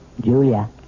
Julia